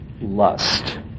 lust